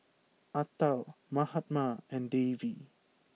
Atal Mahatma and Devi